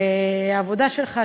והעבודה שלך,